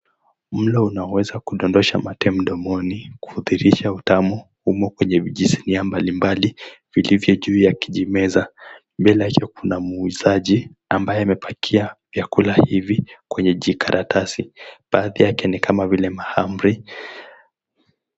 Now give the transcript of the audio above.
Mlo unaweza kudondosha mate mdomoni, kudhihirisha utamu, umo kwenye vijisinia mbalimbali vilivyo juu ya kijimeza. Mbele yake kuna muuzaji, ambaye amepakia vyakula hivi kwenye jikaratasi. Baadhi yake ni kama vile mahamri.